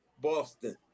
Boston